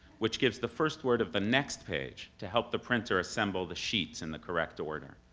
which gives the first word of the next page to help the printer assemble the sheets in the correct order.